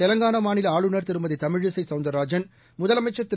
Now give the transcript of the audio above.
தெலங்கானா மாநில ஆளுநர் திருமதி தமிழிசை சௌந்தரராஜன் முதலமைச்சர் திரு